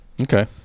Okay